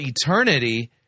eternity